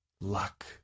luck